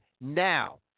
now